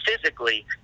physically